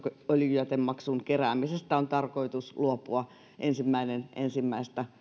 öljyjätemaksun keräämisestä on tarkoitus luopua ensimmäinen ensimmäistä